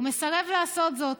הוא מסרב לעשות זאת.